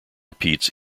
repeats